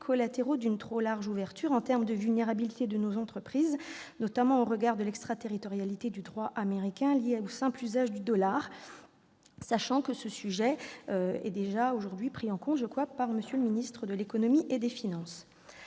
collatéraux d'une trop large ouverture pour la vulnérabilité des entreprises françaises, notamment au regard de l'extraterritorialité du droit américain liée au simple usage du dollar. Je crois savoir que ce sujet est déjà aujourd'hui pris en compte par M. le ministre de l'économie et des finances.